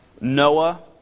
Noah